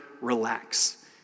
relax